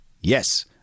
Yes